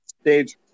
Stage